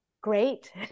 great